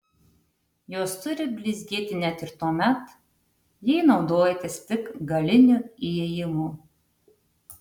jos turi blizgėti net ir tuomet jei naudojatės tik galiniu įėjimu